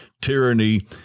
tyranny